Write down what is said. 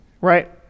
Right